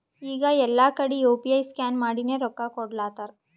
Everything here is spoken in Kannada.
ಈಗ ಎಲ್ಲಾ ಕಡಿ ಯು ಪಿ ಐ ಸ್ಕ್ಯಾನ್ ಮಾಡಿನೇ ರೊಕ್ಕಾ ಕೊಡ್ಲಾತಾರ್